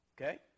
Okay